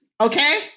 Okay